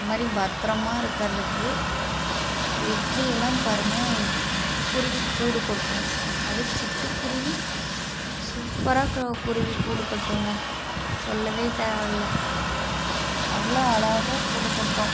அந்தமாதிரி பத்திரமா இருக்கிறத்துக்கு எப்படியெல்லாம் பாருங்கள் குருவிக்கூடு கட்டும் அது சிட்டுக்குருவி சூப்பராக குருவிக்கூடு கட்டுங்க சொல்ல தேவையில்ல அவ்வளோ அழகாக கூடுக்கட்டும்